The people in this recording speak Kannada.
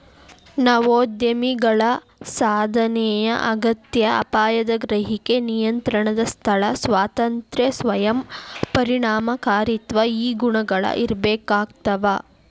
ನವೋದ್ಯಮಿಗಳಿಗ ಸಾಧನೆಯ ಅಗತ್ಯ ಅಪಾಯದ ಗ್ರಹಿಕೆ ನಿಯಂತ್ರಣದ ಸ್ಥಳ ಸ್ವಾತಂತ್ರ್ಯ ಸ್ವಯಂ ಪರಿಣಾಮಕಾರಿತ್ವ ಈ ಗುಣಗಳ ಇರ್ಬೇಕಾಗ್ತವಾ